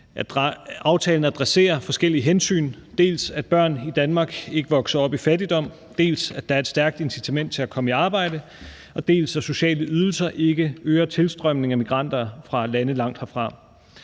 Aftalen adresserer forskellige hensyn: dels at børn i Danmark ikke vokser op i fattigdom, dels at der er et stærkt incitament til at komme i arbejde, dels at sociale ydelser ikke øger tilstrømningen af migranter fra lande langt herfra.